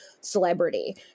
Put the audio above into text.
celebrity